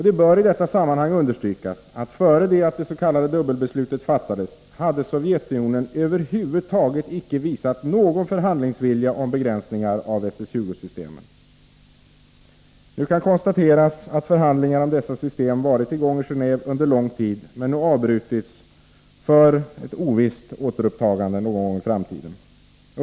Det bör i detta sammanhang understrykas att innan det s.k. dubbelbeslutet fattades hade Sovjetunionen över huvud taget icke visat någon förhandlingsvilja om begränsningar av SS-20-systemen. Nu kan man konstatera att förhandlingar om dessa system varit i gång i Gendve under lång tid, men de har nu avbrutits för ett ovisst återupptagande någon gång i framtiden.